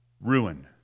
ruin